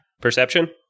Perception